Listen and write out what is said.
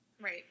Right